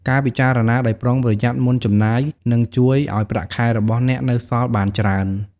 ការពិចារណាដោយប្រុងប្រយ័ត្នមុនចំណាយ នឹងជួយឲ្យប្រាក់ខែរបស់អ្នកនៅសល់បានច្រើន។